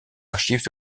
archives